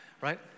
right